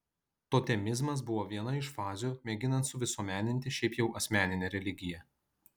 totemizmas buvo viena iš fazių mėginant suvisuomeninti šiaip jau asmeninę religiją